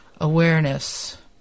awareness